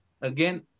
again